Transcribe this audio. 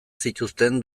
zituzten